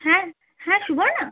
হ্যাঁ হ্যাঁ সুবর্না